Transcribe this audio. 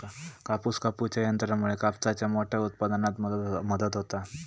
कापूस कापूच्या यंत्रामुळे कापसाच्या मोठ्या उत्पादनात मदत होता